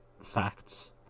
facts